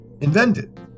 invented